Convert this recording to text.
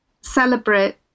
celebrate